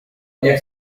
nie